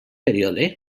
període